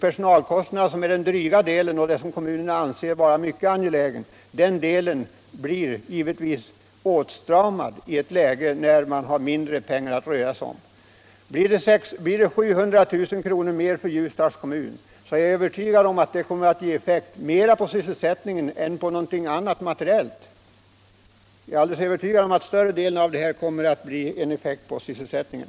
Personalkostnaderna är den dryga delen i budgeten. Den delen blir givetvis åtstramad i ett läge där man har mindre pengar att röra sig med. Blir det 700 000 kr. mer för Ljusdals kommun, är jag säker på att det kommer att ge effekt mera på sysselsättningen än på någonting annat. Jag är alltså alldeles övertygad om att vårt förslag får sin största effekt just på sysselsättningen.